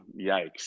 yikes